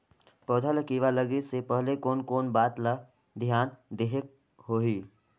पौध ला कीरा लगे से पहले कोन कोन बात ला धियान देहेक होही?